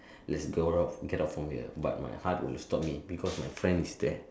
let's go off get out from here my heart will stop me because my friends is there